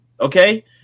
Okay